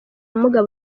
ubumuga